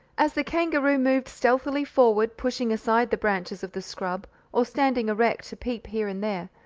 as the kangaroo moved stealthily forward, pushing aside the branches of the scrub, or standing erect to peep here and there,